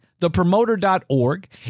thepromoter.org